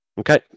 Okay